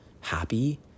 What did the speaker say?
happy